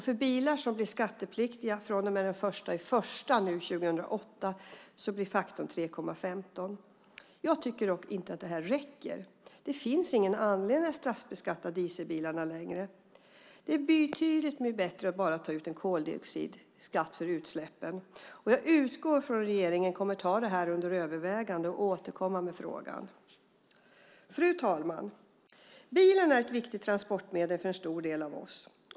För bilar som blir skattepliktiga den 1 januari 2008 blir faktorn 3,15. Jag tycker dock inte att det här räcker. Det finns ingen anledning att straffbeskatta dieselbilarna längre. Det är betydligt bättre att bara ta ut en koldioxidskatt för utsläppen. Jag utgår från att regeringen kommer att ta det här under övervägande och återkomma med frågan. Fru talman! Bilen är ett viktigt transportmedel för en stor del av oss.